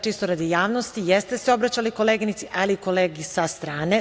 Čisto radi javnosti, jeste se obraćali koleginici, ali i kolegi sa strane.